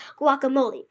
guacamole